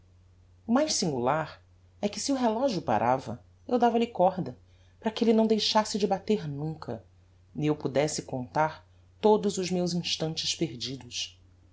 mais singular é que se o relogio parava eu dava-lhe corda para que elle não deixasse de bater nunca e eu pudesse contar todos os meus instantes perdidos